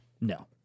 No